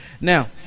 Now